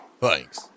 Thanks